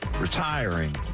retiring